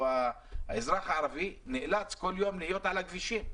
האזרח הערבי נאלץ כל יום להיות על הכבישים.